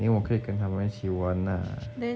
then 我可以跟他们一起玩 ah